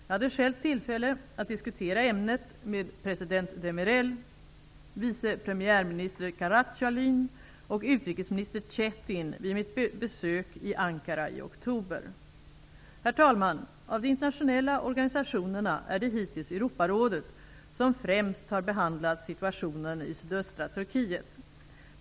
Jag hade själv tillfälle att diskutera ämnet med president Demirel, vice premiärminister Karayalcin och utrikesminister Cetin vid mitt besök i Ankara i oktober. Herr talman! Av de internationella organisationerna är det hittills Europarådet som främst har behandlat situationen i sydöstra Turkiet.